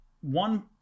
one